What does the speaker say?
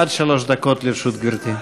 עד שלוש דקות לרשות גברתי.